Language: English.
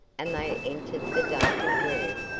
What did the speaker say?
and they entered the darkened room,